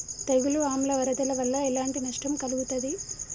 తెగులు ఆమ్ల వరదల వల్ల ఎలాంటి నష్టం కలుగుతది?